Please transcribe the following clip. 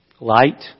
Light